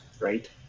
Right